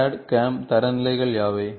CAD CAM தரநிலைகள் யாவை